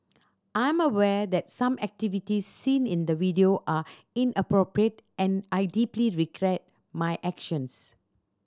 I'm aware that some activities seen in the video are inappropriate and I deeply regret my actions